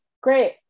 Great